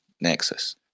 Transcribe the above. Nexus